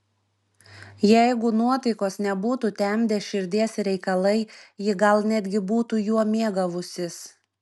jeigu nuotaikos nebūtų temdę širdies reikalai ji gal netgi būtų juo mėgavusis